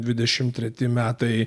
dvidešim treti metai